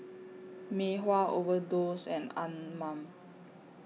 Mei Hua Overdose and Anmum